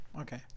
Okay